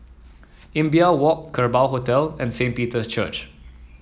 Imbiah Walk Kerbau Hotel and Saint Peter's Church